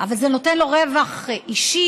אבל זה נותן לו רווח אישי,